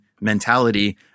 mentality